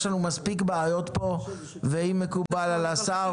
יש לנו מספיק בעיות פה ואם מקובל על השר --- אנחנו